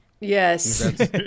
Yes